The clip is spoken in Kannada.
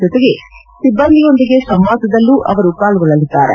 ಜತೆಗೆ ಸಿಬ್ಬಂದಿಯೊಂದಿಗೆ ಸಂವಾದದಲ್ಲೂ ಪಾಲ್ಗೊಳ್ಳಲಿದ್ದಾರೆ